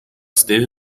esteve